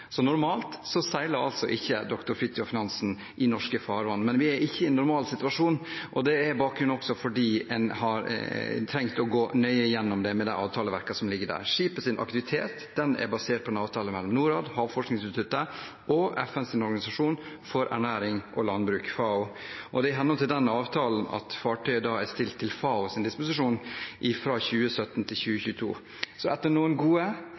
seiler altså ikke «Dr. Fridtjof Nansen» i norske farvann. Men vi er ikke i en normal situasjon nå, og det er også bakgrunnen for at vi har trengt å gå nøye igjennom det avtaleverket som ligger der. Skipets aktivitet er basert på en avtale mellom Norad, Havforskningsinstituttet og FNs organisasjon for ernæring og landbruk, FAO. Det er i henhold til denne avtalen fartøyet er stilt til FAOs disposisjon fra 2017 til 2022. Etter noen gode